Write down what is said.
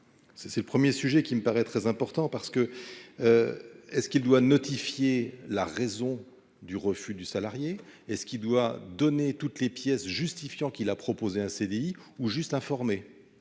c'est le 1er sujet qui me paraît très important parce que, est ce qu'il doit notifier la raison du refus du salarié et ce qui doit donner toutes les pièces justifiant qu'il a proposé un CDI ou juste informé,